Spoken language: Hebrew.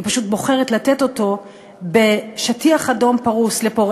היא פשוט בוחרת לתת אותו פרוס על שטיח אדום